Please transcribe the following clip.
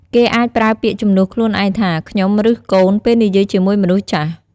គេអាចប្រើពាក្យជំនួសខ្លួនឯងថា "ខ្ញុំ" ឬ "កូន" ពេលនិយាយជាមួយមនុស្សចាស់។